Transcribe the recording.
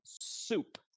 soup